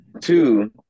Two